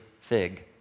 Fig